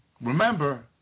Remember